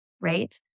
right